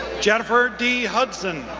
jennifer d. hudson,